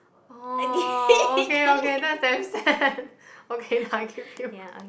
orh okay okay that's damn sad okay lah give you